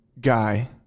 guy